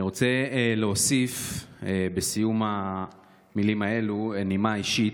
אני רוצה להוסיף בסיום המילים האלה בנימה אישית: